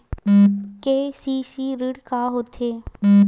KCC ऋण का होथे?